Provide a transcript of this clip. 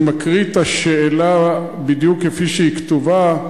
אני מקריא את השאלה בדיוק כפי שהיא כתובה,